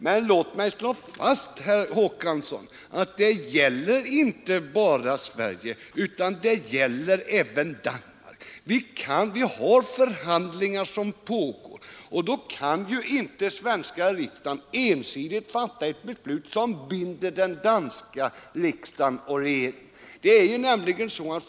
Men låt mig slå fast, herr Håkansson, att frågans avgörande inte gäller bara Sverige utan även Danmark. Det pågår förhandlingar, och då kan inte den svenska riksdagen ensidigt fatta ett beslut som binder den danska riksdagen och regeringen.